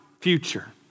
future